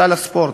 סל הספורט.